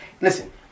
listen